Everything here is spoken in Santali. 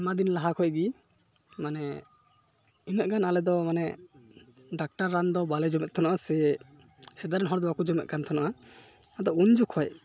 ᱟᱭᱢᱟᱫᱤᱱ ᱞᱟᱦᱟ ᱠᱷᱚᱱᱜᱮ ᱢᱟᱱᱮ ᱤᱱᱟᱹᱜ ᱜᱟᱱ ᱟᱞᱮᱫᱚ ᱢᱟᱱᱮ ᱰᱟᱠᱛᱟᱨ ᱨᱟᱱᱫᱚ ᱵᱟᱞᱮ ᱡᱚᱢᱮᱫ ᱛᱮᱦᱮᱱᱚᱜᱼᱟ ᱥᱮ ᱥᱮᱫᱟᱭᱨᱮᱱ ᱦᱚᱲᱫᱚ ᱵᱟᱠᱚ ᱡᱚᱢᱮᱫᱠᱟᱱ ᱛᱮᱦᱮᱱᱚᱜᱼᱟ ᱟᱫᱚ ᱩᱱ ᱡᱚᱠᱷᱚᱡ